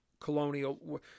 colonial